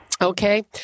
Okay